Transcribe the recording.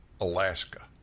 Alaska